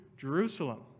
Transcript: Jerusalem